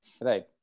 Right